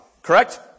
Correct